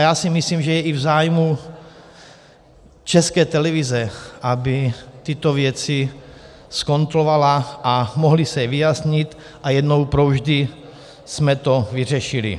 A to si myslím, že je i v zájmu České televize, aby tyto věci skontovala a mohly se vyjasnit a jednou provždy jsme to vyřešili.